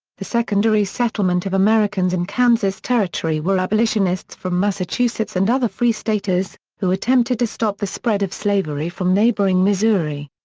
the secondary settlement of americans in kansas territory were abolitionists from massachusetts and other free-staters, who attempted to stop the spread of slavery from neighboring missouri.